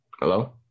Hello